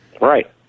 Right